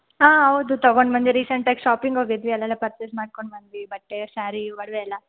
ಹಾಂ ಹೌದು ತೊಗೊಂಡು ಬಂದೆ ರೀಸೆಂಟಾಗಿ ಶಾಪಿಂಗ್ ಹೋಗಿದ್ವಿ ಅಲ್ಲೆಲ್ಲ ಪರ್ಚೆಸ್ ಮಾಡ್ಕೊಂಡು ಬಂದ್ವಿ ಬಟ್ಟೆ ಸ್ಯಾರಿ ಒಡ್ವೆ ಎಲ್ಲ